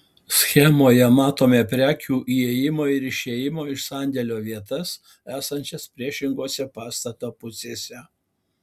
schemoje matome prekių įėjimo ir išėjimo iš sandėlio vietas esančias priešingose pastato pusėse